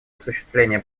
осуществления